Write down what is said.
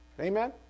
amen